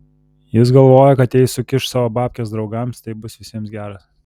jis galvojo kad jei sukiš savo babkes draugams tai bus visiems geras